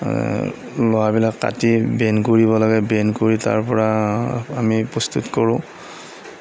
লোহাবিলাক কাটি বেণ্ড কৰিব লাগে বেণ্ড কৰি তাৰপৰা আমি প্ৰস্তুত কৰোঁ